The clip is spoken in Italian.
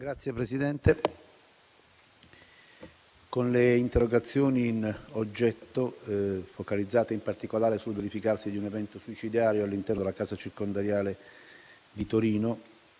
Signor Presidente, con le interrogazioni in oggetto, focalizzate in particolare sul verificarsi di un evento suicidario all'interno della casa circondariale di Torino